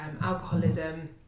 alcoholism